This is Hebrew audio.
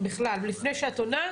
לפני שאת עונה,